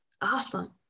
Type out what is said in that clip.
Awesome